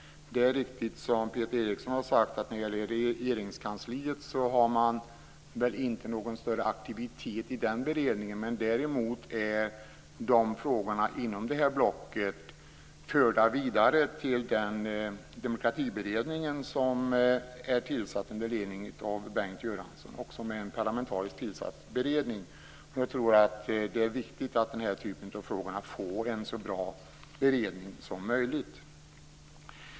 Det är riktigt, som Peter Eriksson sade, att man i Regeringskansliet inte har någon större aktivitet i beredningen. Däremot är frågorna inom det här blocket förda vidare till den demokratiberedning som är tillsatt under ledning av Bengt Göransson, också den en parlamentariskt tillsatt beredning. Det är viktigt att den här typen av frågor får en så bra beredning som möjligt.